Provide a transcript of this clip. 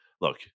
look